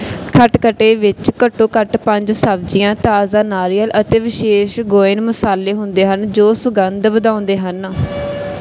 ਖਟਕਟੇ ਵਿੱਚ ਘੱਟੋ ਘੱਟ ਪੰਜ ਸਬਜ਼ੀਆਂ ਤਾਜ਼ਾ ਨਾਰੀਅਲ ਅਤੇ ਵਿਸ਼ੇਸ਼ ਗੋਅਨ ਮਸਾਲੇ ਹੁੰਦੇ ਹਨ ਜੋ ਸੁਗੰਧ ਵਧਾਉਂਦੇ ਹਨ